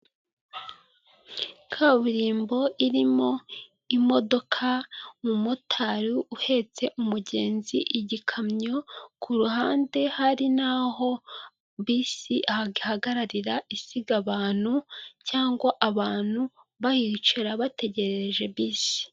Kaburimbo irimo imodoka, umumotari uhetse umugenzi, igikamyo ku ruhande, hari n'aho bisi ihagararira isiga abantu, cyangwa abantu bahicara bategererereje bisi.